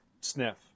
sniff